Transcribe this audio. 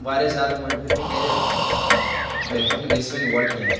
واریاہ زیادٕ مجبوٗری پیٚیہِ گرِ بیٚیہِ ہیٚکہٕ نہٕ گٔژھ وۄنۍ یور کینٛہہ